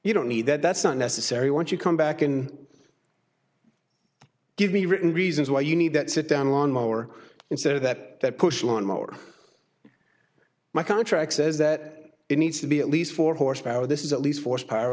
you don't need that that's not necessary won't you come back and give me written reasons why you need that sit down lawn mower and so that that push lawn mower my contract says that it needs to be at least four horsepower this is at least force power